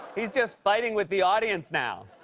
he's just fighting with the audience now.